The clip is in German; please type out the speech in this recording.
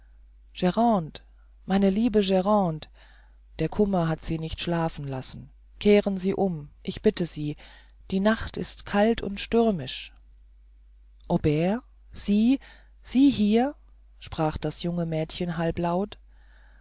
meine liebe grande der kummer hat sie nicht schlafen lassen kehren sie um ich bitte sie die nacht ist kalt und stürmisch aubert sie sie hier sprach das junge mädchen halblaut